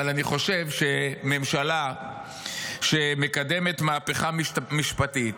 אבל אני חושב שממשלה שמקדמת מהפכה משפטית,